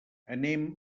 anem